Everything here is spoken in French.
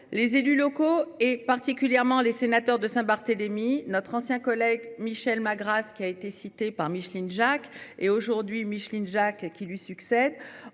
Les élus locaux et particulièrement les sénateurs de Saint-Barthélemy notre ancien collègue Michel Magras. Ce qui a été cité par Micheline Jacques et aujourd'hui Micheline Jacques qui lui succède